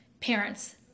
parents